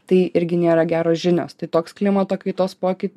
tai irgi nėra geros žinios tai toks klimato kaitos pokyt